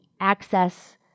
access